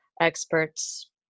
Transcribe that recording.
experts